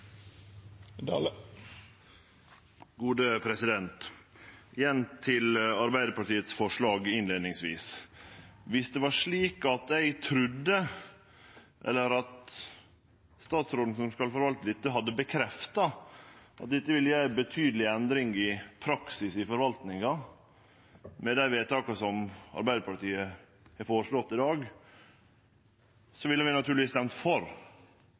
til Arbeidarpartiets forslag, innleiingsvis: Viss det var slik at eg trudde – eller at statsråden som skal forvalte dette, hadde bekrefta det – at dette ville gje ei betydeleg endring i praksis i forvaltinga med dei vedtaka som Arbeidarpartiet har føreslått i dag, ville vi naturlegvis ha røysta for.